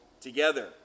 together